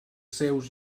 seus